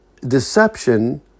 deception